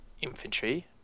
infantry